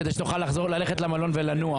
אין ההצעה נתקבלה.